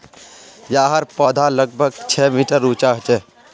याहर पौधा लगभग छः मीटर उंचा होचे